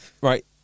Right